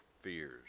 fears